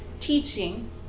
teaching